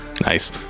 nice